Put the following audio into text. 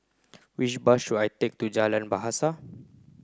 which bus should I take to Jalan Bahasa